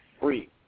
free